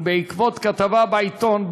ובעקבות כתבה בעיתון,